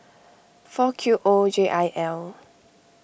four Q O J I L